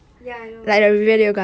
ya I know